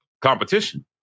competition